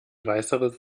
weißeritz